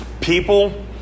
People